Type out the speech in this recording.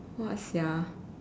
what sia